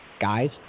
guys